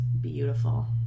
beautiful